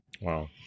Wow